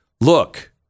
look